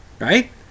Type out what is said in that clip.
Right